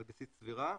על בסיס צבירה,